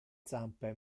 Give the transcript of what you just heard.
zampe